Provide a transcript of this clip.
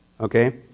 Okay